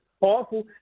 Awful